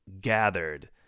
gathered